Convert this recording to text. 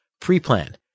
Pre-plan